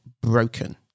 broken